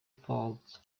faults